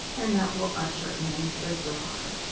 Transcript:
and that will usher in the dawn.